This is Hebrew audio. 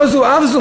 לא זו אף זו,